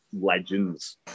legends